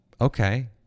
Okay